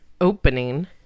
opening